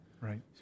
Right